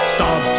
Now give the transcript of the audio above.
Stop